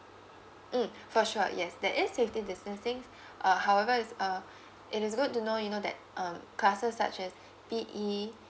mm for sure yes there is safety distancing uh however it's uh it is good to know you know that um classes such as P_E